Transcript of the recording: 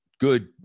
good